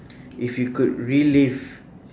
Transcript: if you could relive